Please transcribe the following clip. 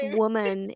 woman